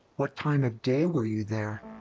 what time of day were you there?